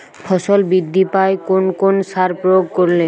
ফসল বৃদ্ধি পায় কোন কোন সার প্রয়োগ করলে?